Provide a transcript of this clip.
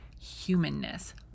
humanness